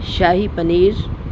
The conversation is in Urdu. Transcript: شاہی پنیر